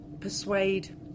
Persuade